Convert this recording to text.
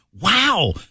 Wow